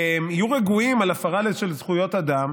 יהיו רגועים לגבי הפרה של זכויות אדם,